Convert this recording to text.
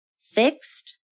fixed